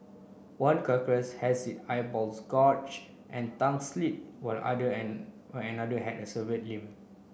one carcass has it eyeballs gorged and tongue slit while another and while another had a severed limb